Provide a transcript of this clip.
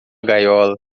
gaiola